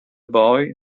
boy